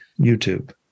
YouTube